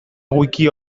wiki